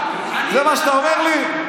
זה מה שאתה אומר לי?